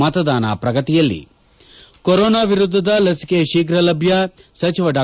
ಮತದಾನ ಪ್ರಗತಿಯಲ್ಲಿ ಕೊರೋನಾ ವಿರುದ್ದದ ಲಸಿಕೆ ಶೀಘ್ರ ಲಭ್ಯ ಸಚಿವ ಡಾ